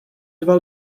dva